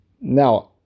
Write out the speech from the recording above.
now